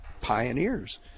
pioneers